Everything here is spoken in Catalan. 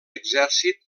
exèrcit